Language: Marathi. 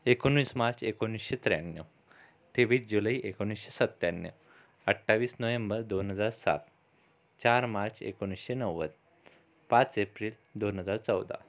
एकोणिस मार्च एकोणिसशे त्र्याण्णव तेवीस जुलै एकोणिसशे सत्त्याण्णव अठ्ठाविस नोव्हेंबर दोन हजार सात चार मार्च एकोणिसशे नव्वद पाच एप्रिल दोन हजार चौदा